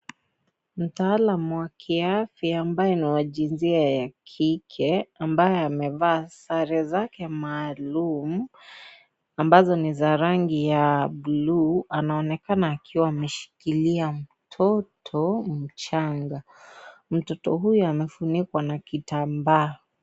Mtaalam wa kiafya ambaye ni wa jinsia ya kike ambaye amevaa sare zake maalum ambazo ni za rangi ya bluu anaonekana akiwa amemshikilia mtoto mchanga. Mtoto huyo amefunikwa na kitambaa.